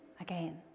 again